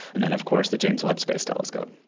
and then of course the james webb space telescope.